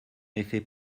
effet